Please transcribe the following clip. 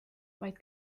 vaid